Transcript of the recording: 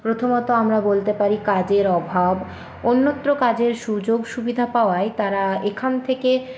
প্রথমত আমরা বলতে পারি কাজের অভাব অন্যত্র কাজের সুযোগ সুবিধা পাওয়ায় তারা এখান থেকে